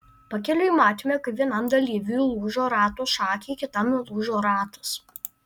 pakeliui matėme kaip vienam dalyviui lūžo rato šakė kitam nulūžo ratas